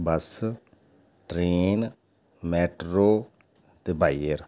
बस train metro ते by air